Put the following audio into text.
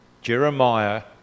Jeremiah